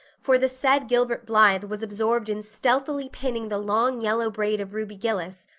for the said gilbert blythe was absorbed in stealthily pinning the long yellow braid of ruby gillis,